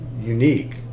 unique